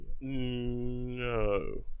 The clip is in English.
No